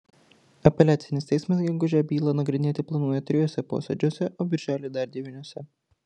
apeliacinis teismas gegužę bylą nagrinėti planuoja trijuose posėdžiuose o birželį dar devyniuose